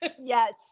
Yes